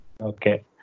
Okay